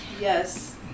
Yes